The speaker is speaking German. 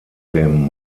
dem